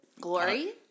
glory